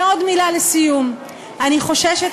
ועוד מילה לסיום: אני חוששת,